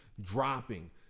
dropping